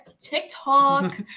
TikTok